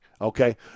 okay